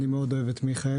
אני מאוד אוהב את מיכאל.